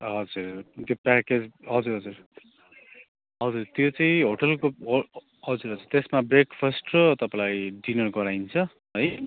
हजुर त्यो प्याकेज हजुर हजुर हजुर त्यो चाहिँ होटलको हजुर हजुर त्यसमा ब्रेकफस्ट र तपाईँलाई डिनर गराइन्छ है